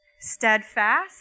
Steadfast